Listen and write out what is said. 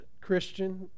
Christian